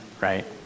right